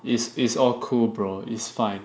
is is all cool bro is fine